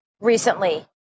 recently